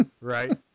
Right